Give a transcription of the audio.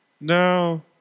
No